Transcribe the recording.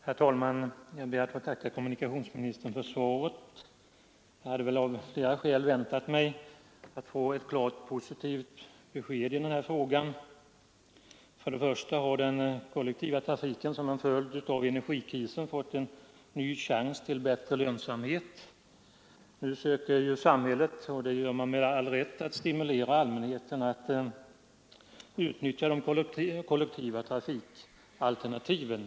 Herr talman! Jag ber att få tacka kommunikationsministern för svaret, men jag hade väl av flera skäl väntat mig att få ett klart positivt besked. För det första har den kollektiva trafiken — som en följd av energikrisen — fått en ny chans till bättre lönsamhet. Nu söker ju samhället, och det med all rätt, att stimulera allmänheten att utnyttja de kollektiva trafikalternativen.